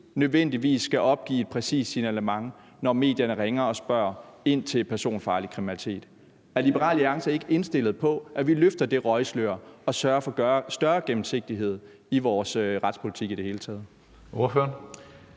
nødvendigvis skal opgive et præcist signalement, når medierne ringer og spørger ind til personfarlig kriminalitet. Er Liberal Alliance ikke indstillet på, at vi løfter det røgslør og sørger for at gøre gennemsigtigheden i vores retspolitik større i det hele taget?